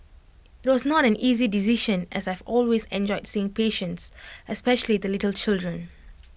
IT was not an easy decision as I have always enjoyed seeing patients especially the little children